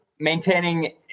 maintaining